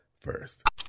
first